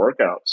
workouts